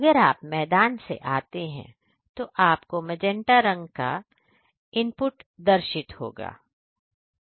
अगर आप मैदान से आते हैं तो आपको मजेंटा रंग का एनालॉग इनपुट दर्शित होगा